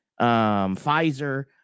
Pfizer